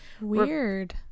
Weird